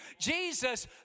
Jesus